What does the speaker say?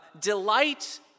delight